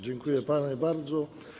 Dziękuję panu bardzo.